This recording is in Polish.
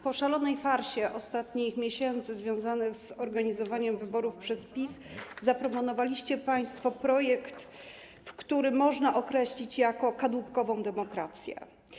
Po szalonej farsie z ostatnich miesięcy związanej z organizowaniem wyborów przez PiS zaproponowaliście państwo projekt, który można określić jako ilustrację kadłubkowej demokracji.